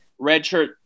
redshirt